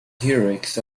heroics